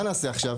מה נעשה עכשיו?